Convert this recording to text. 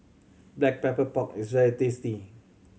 Black Pepper Pork is very tasty